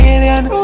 Alien